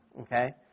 okay